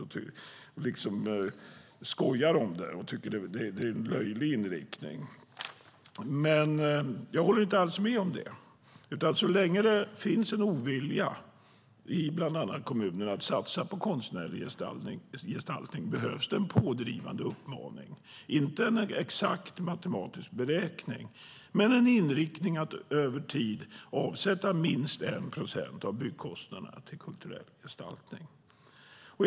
De skojar om det och tycker att det är en löjlig inriktning. Jag håller inte alls med om det. Så länge det finns en ovilja i bland annat kommunerna att satsa på konstnärlig gestaltning behövs det en pådrivande uppmaning. Inte en exakt matematisk beräkning men en inriktning att över tid avsätta minst 1 procent av byggkostnaderna till kulturell gestaltning.